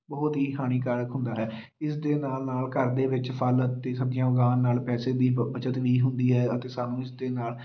ਬਹੁਤ ਹੀ ਹਾਨੀਕਾਰਕ ਹੁੰਦਾ ਹੈ ਇਸ ਦੇ ਨਾਲ ਨਾਲ ਘਰ ਦੇ ਵਿੱਚ ਫਲ ਅਤੇ ਸਬਜ਼ੀਆਂ ਉਗਾਉਣ ਨਾਲ ਪੈਸੇ ਦੀ ਬ ਬੱਚਤ ਵੀ ਹੁੰਦੀ ਹੈ ਅਤੇ ਸਾਨੂੰ ਇਸ ਦੇ ਨਾਲ